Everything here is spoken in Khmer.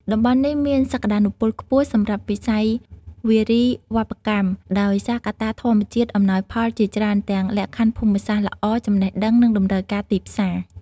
តំបន់នេះ មានសក្ដានុពលខ្ពស់សម្រាប់វិស័យវារីវប្បកម្មដោយសារកត្តាធម្មជាតិអំណោយផលជាច្រើន ទាំងលក្ខខណ្ឌភូមិសាស្ត្រល្អ ចំណេះដឹង និងតម្រូវការទីផ្សារ។